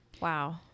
Wow